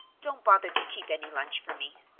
don't bother to keep any lunch for me.